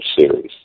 series